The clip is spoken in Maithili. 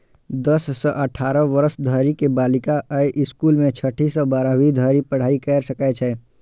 दस सं अठारह वर्ष धरि के बालिका अय स्कूल मे छठी सं बारहवीं धरि पढ़ाइ कैर सकै छै